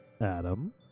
Adam